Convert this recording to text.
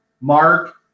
Mark